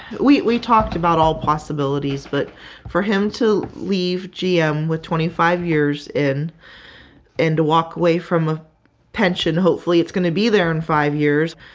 we we talked about all possibilities. but for him to leave gm with twenty five years in and to walk away from a pension, hopefully it's gonna be there in five years,